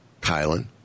Kylan